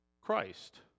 Christ